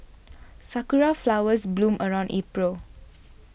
sakura flowers bloom around April